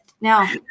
Now